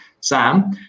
Sam